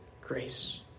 grace